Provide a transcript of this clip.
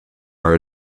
are